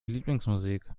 lieblingsmusik